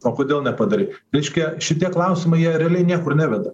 o kodėl nepadarei reiškia šitie klausimai jie realiai niekur neveda